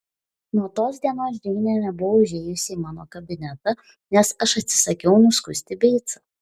nuo tos dienos džeinė nebuvo užėjusi į mano kabinetą nes aš atsisakiau nuskusti beicą